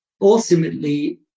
ultimately